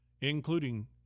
including